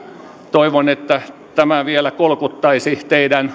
toivon että tämä vielä kolkuttaisi teidän